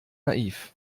naiv